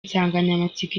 insanganyamatsiko